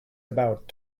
about